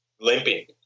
Limping